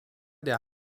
der